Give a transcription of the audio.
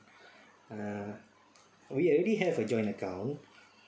uh we already have a joint account